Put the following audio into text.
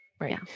Right